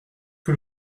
que